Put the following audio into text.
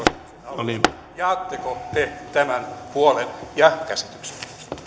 arktisen ympäristön jaatteko te tämän huolen ja käsityksen